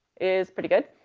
is pretty good.